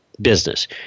business